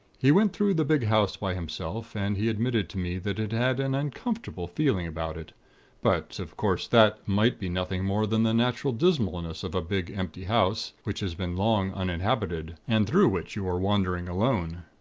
he went through the big house by himself, and he admitted to me that it had an uncomfortable feeling about it but, of course, that might be nothing more than the natural dismalness of a big, empty house, which has been long uninhabited, and through which you are wandering alone.